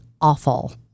awful